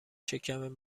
شکم